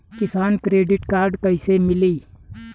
किसान credit card कइसे मिली?